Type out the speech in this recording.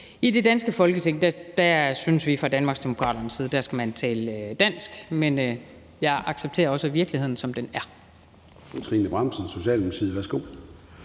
i det danske Folketing synes vi fra Danmarksdemokraternes side at man skal tale dansk, men jeg accepterer også virkeligheden, som den er.